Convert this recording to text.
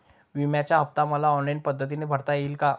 विम्याचा हफ्ता मला ऑनलाईन पद्धतीने भरता येईल का?